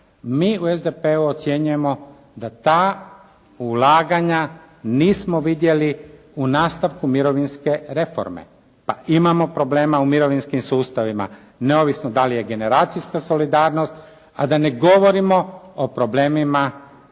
mi u SDP-u ocjenjujemo da ta ulaganja nismo vidjeli u nastavku mirovinske reforme pa imamo problema u mirovinskim sustavima neovisno da li je generacijska solidarnost, a da ne govorimo o problemima